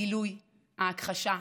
הגילוי, ההכחשה,